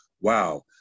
wow